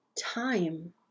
time